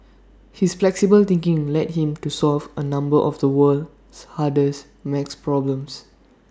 his flexible thinking led him to solve A number of the world's hardest math problems